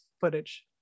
footage